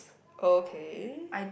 okay